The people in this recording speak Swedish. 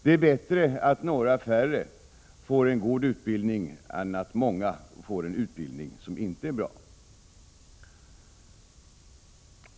Det är bättre att några färre får en god utbildning än att många får en utbildning som inte är bra.